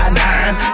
nine